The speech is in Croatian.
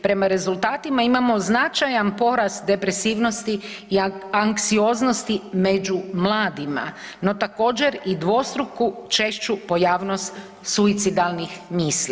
Prema rezultatima imamo značajan porast depresivnosti i anksioznosti među mladima, no također, i dvostruku čestu pojavnost suicidalnih misli.